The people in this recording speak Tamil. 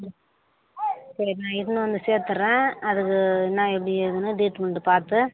சரி நான் இட்டுன்னு வந்து சேர்த்துறேன் அதுக்கு என்ன எப்படி ஏதுனு ட்ரீட்டுமெண்டு பார்த்து